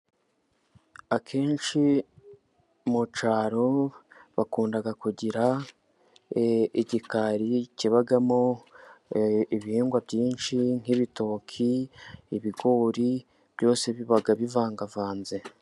Akenshi mu cyaro bakunda kugira igikari kibamo ibihingwa byinshi nk'ibitoki, ibigori, byose biba bivangavanze.